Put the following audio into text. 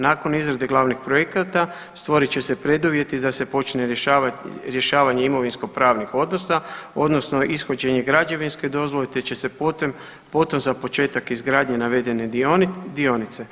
Nakon izrade glavnih projekata stvorit će se preduvjeti da se počne rješavanje imovinskopravnih odnosa odnosno ishođenje građevinske dozvole, te će se potom za početak izgradnje navedene dionice.